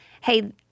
Hey